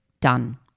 Done